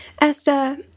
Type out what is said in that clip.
esther